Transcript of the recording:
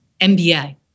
MBA